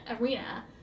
arena